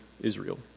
Israel